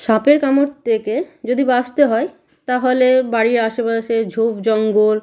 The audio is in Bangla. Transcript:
সাপের কামড় থেকে যদি বাঁচতে হয় তাহলে বাড়ির আশেপাশে ঝোপ জঙ্গল